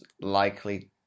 likely